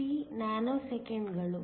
93 ನ್ಯಾನೊಸೆಕೆಂಡ್ಗಳು